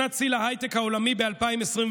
שנת שיא להייטק העולמי ב-2021,